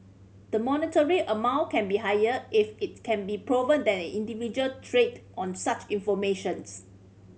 the monetary amount can be higher if it can be proven that an individual trade on such informations